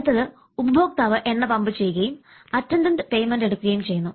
അടുത്തത് ഉപഭോക്താവ് എണ്ണ പമ്പ് ചെയ്യുകയും അറ്റൻഡന്റ് പെയ്മെൻറ് എടുക്കുകയും ചെയ്യുന്നു